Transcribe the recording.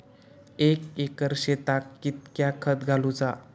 एक एकर शेताक कीतक्या खत घालूचा?